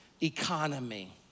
economy